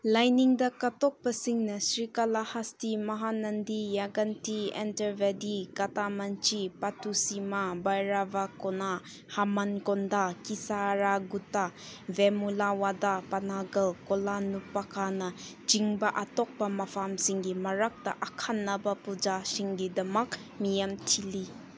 ꯂꯥꯏꯅꯤꯡꯗ ꯀꯠꯊꯣꯛꯄꯁꯤꯡꯅ Sri Kalahasti Mahanandi Yaganti Antarvedi ꯀꯥꯇꯥꯃꯟꯆꯤ ꯄꯥꯇꯨꯁꯤꯃꯥ ꯕꯥꯔꯥꯕ ꯀꯣꯅꯥ ꯍꯃꯟꯀꯣꯟꯗꯥ ꯀꯤꯁꯥꯔꯥ ꯒꯨꯇꯥ ꯕꯦꯃꯨꯂꯥ ꯋꯥꯗꯥ ꯄꯅꯥꯒꯜ ꯀꯣꯂꯥꯅ ꯄꯀꯥꯅꯥ ꯆꯤꯡꯕ ꯑꯇꯣꯞꯄ ꯃꯐꯝꯁꯤꯡꯒꯤ ꯃꯔꯛꯇ ꯑꯈꯟꯅꯕ ꯄꯨꯖꯥꯁꯤꯡꯒꯤꯗꯃꯛ ꯃꯤ ꯌꯥꯝ ꯆꯤꯜꯂꯤ